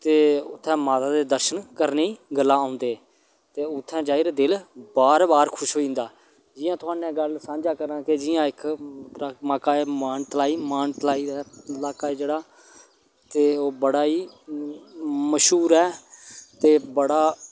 ते उ'त्थें माता दे दर्शन करने गल्ला औंदे ते उ'त्थें जाइयै दिल बार बार खुश होइंदा जि'यां थुआढ़े नै गल्ल सांझा करांऽ के जि'यां इक लाका ऐ मानतलाई मानतलाई इक लाका ऐ जेह्ड़ा ते ओ बड़ा ई मशहूर ऐ ते बड़ा